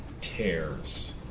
tears